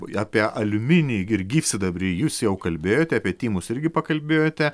apie aliuminį ir gyvsidabrį jūs jau kalbėjote apie tymus irgi pakalbėjote